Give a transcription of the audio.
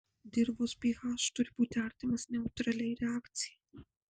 dirvos ph turi būti artimas neutraliai reakcijai